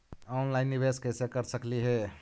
Online निबेस कैसे कर सकली हे?